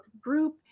group